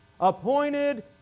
Appointed